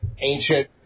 ancient